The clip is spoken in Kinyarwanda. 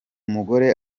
mugore